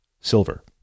silver